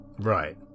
Right